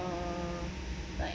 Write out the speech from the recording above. um like